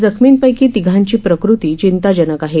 जखमींपैकी तिघांची प्रकृती चिंताजनक आहे